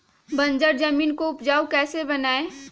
बंजर जमीन को उपजाऊ कैसे बनाय?